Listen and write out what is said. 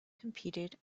competed